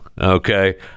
Okay